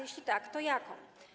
Jeśli tak, to jaką?